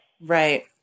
Right